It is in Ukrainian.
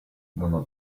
воно